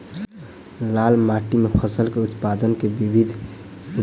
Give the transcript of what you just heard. लाल माटि मे फसल केँ उत्पादन केँ विधि बताऊ?